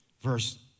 verse